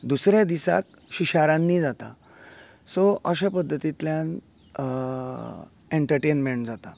दुसऱ्या दिसाक शिशारान्नी जाता सो अश्या पध्दतींतल्यान एन्टरटेन्मेंट जाता